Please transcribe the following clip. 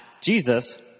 Jesus